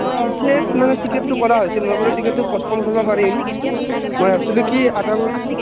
তেতিয়াই মানে টিকেটটো কৰা হৈছিল মই বোলো টিকেটটো পষ্টপন কৰ্বা পাৰিম মই ভাব্ছিলোঁ কি আদাবাৰী